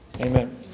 Amen